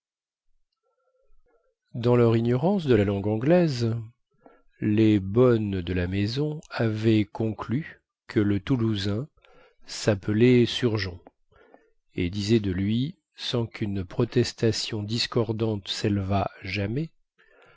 dans leur ignorance de la langue anglaise les bonnes de la maison avaient conclu que le toulousain sappelait surgeon et disaient de lui sans quune protestation discordante sélevât jamais